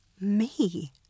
Me